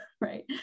right